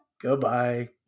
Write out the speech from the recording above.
Goodbye